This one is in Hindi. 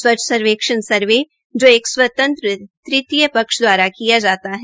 स्वच्छ सर्वेक्षण सर्वे जो एक स्वतंत्र तृतीय पक्ष द्वारा किया जाता है